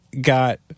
got